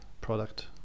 product